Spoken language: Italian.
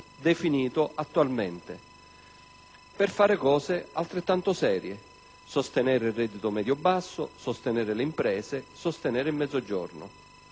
definito attualmente, per fare cose altrettanto serie: sostenere il reddito medio-basso, le imprese e il Mezzogiorno.